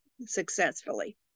successfully